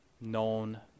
known